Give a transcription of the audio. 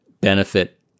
benefit